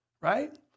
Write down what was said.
right